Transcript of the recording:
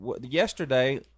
Yesterday